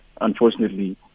unfortunately